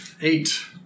Eight